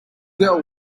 girl